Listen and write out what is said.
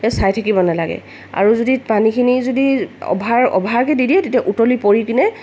এই চাই থাকিব নালাগে আৰু যদি পানীখিনি যদি অভাৰ অভাৰকৈ দি দিয়ে তেতিয়া উতলি পৰি কিনে